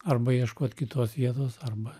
arba ieškot kitos vietos arba